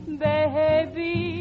baby